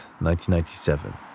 1997